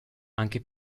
anche